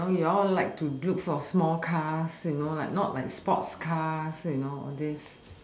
you know you are like to look for small cars you know like not like sports car you know all this